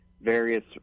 various